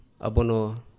Abono